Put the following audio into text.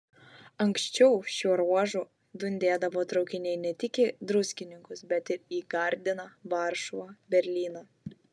anksčiau šiuo ruožu dundėdavo traukiniai ne tik į druskininkus bet ir į gardiną varšuvą berlyną